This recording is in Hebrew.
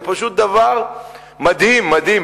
זה פשוט דבר מדהים, מדהים.